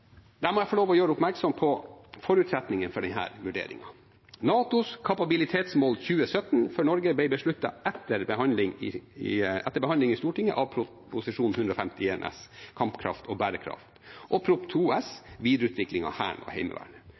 må jeg få lov til å gjøre oppmerksom på forutsetningene for denne vurderingen. NATOs kapabilitetsmål 2017 for Norge ble besluttet etter Stortingets behandling av Prop. 151 S for 2015–2016, Kampkraft og bærekraft, og Prop. 2 S for 2017–2018, Videreutviklingen av Hæren og Heimevernet.